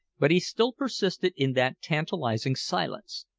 but he still persisted in that tantalizing silence.